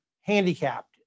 handicapped